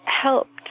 helped